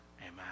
Amen